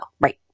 Right